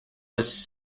was